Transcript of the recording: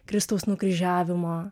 kristaus nukryžiavimo